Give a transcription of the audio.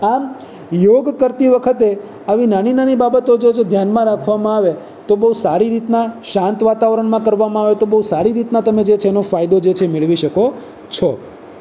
આમ યોગ કરતી વખતે આવી નાની નાની બાબતો જે છે એ ધ્યાનમાં રાખવામાં આવે તો બહુ સારી રીતના શાંત વાતાવરણમાં કરવામાં આવે તો બહુ સારી રીતનાં તમે જે છે એનો ફાયદો જે છે મેળવી શકો છો